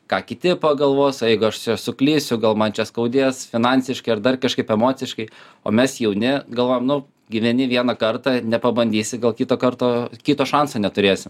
ką kiti pagalvos o jeigu aš čia suklysiu gal man čia skaudės finansiškai ar dar kažkaip emociškai o mes jauni galvojam nu gyveni vieną kartą nepabandysi gal kito karto kito šanso neturėsi